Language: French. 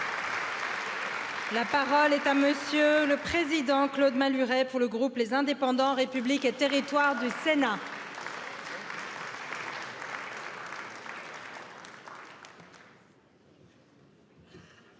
La parole est à M.. le président Claude Malu, pour le groupe Les Indépendants République et Territoires du Sénat madame